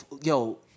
yo